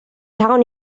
town